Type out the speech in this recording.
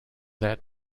that